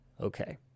Okay